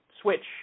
switch